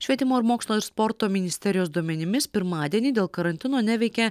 švietimo ir mokslo ir sporto ministerijos duomenimis pirmadienį dėl karantino neveikė